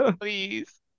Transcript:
Please